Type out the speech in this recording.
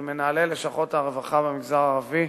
של מנהלי לשכות הרווחה במגזר הערבי.